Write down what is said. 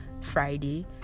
Friday